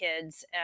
kids